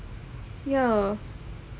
ya